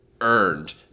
earned